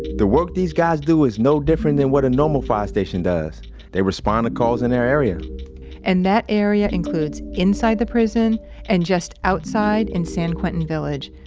the work these guys do is no different than what a fire station does they respond to calls in their area and that area includes inside the prison and just outside in san quentin village,